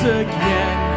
again